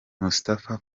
moustapha